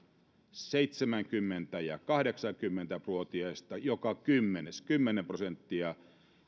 seitsemänkymmentä viiva kahdeksankymmentä vuotiaista joka kymmenes kymmenen prosenttia